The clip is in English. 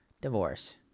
divorce